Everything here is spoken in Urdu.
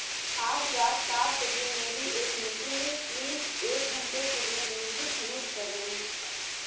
آج رات سات بجے میری ایک میٹنگ ہے پلیز ایک گھنٹے کے لیے میوزک میوٹ کر دینا